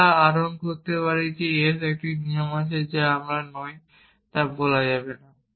আমরা আহরণ করতে পারি s একটি নিয়ম আছে যা আমি নই তা বলা যাবে না